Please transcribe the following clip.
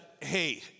hey